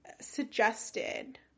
suggested